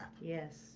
Yes